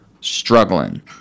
struggling